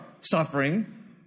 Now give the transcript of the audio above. suffering